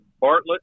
Bartlett